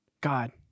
God